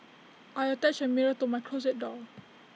I attached A mirror to my closet door